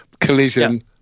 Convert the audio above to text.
collision